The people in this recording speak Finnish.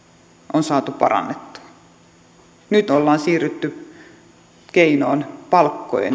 on saatu parannettua nyt ollaan siirrytty keinoon palkkojen